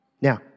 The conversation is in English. Now